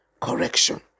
correction